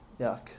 Yuck